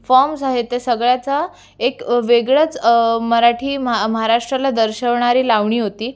forms आहेत ते सगळ्याचा एक वेगळंच मराठी महा महाराष्ट्राला दर्शवणारी लावणी होती